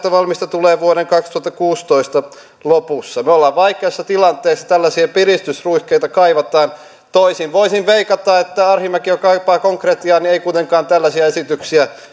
valmista tulee vuoden kaksituhattakuusitoista lopussa me olemme vaikeassa tilanteessa tällaisia piristysruiskeita kaivataan tosin voisin veikata että arhinmäki joka kaipaa konkretiaa ei kuitenkaan tällaisia esityksiä